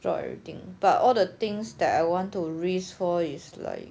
drop everything but all the things that I want to risk for is like